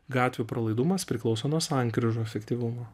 gatvių pralaidumas priklauso nuo sankryžų efektyvumo